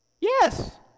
Yes